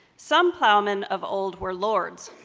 some plowmen of old were lords,